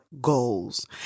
goals